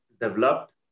developed